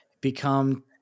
become